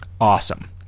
Awesome